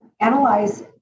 Analyze